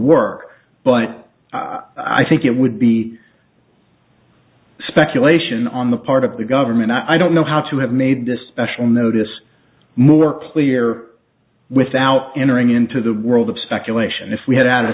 work but i think it would be speculation on the part of the government i don't know how to have made this special notice more clear without entering into the world of speculation if we had a